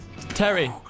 Terry